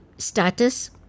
Status